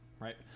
Right